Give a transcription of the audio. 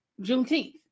Juneteenth